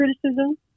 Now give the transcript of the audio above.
criticism